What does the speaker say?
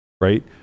right